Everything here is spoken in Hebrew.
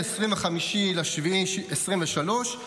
25 ביולי 2023,